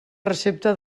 recepta